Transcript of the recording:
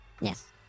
Yes